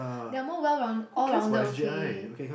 they are more well round all rounded okay